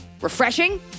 refreshing